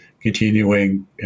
continuing